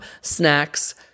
snacks